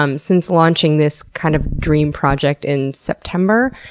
um since launching this kind of dream project in september,